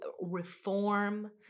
reform